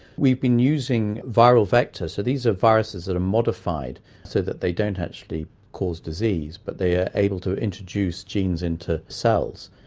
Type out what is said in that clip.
we've been using viral vectors, so these are viruses that are modified so that they don't actually cause disease, but they are able to introduce genes into cells,